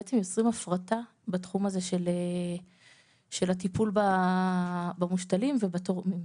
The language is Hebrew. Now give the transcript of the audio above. בעצם יוצרים הפרטה בתחום הזה של הטיפול במושתלים ובתורמים.